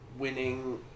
Winning